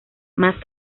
más